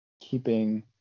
keeping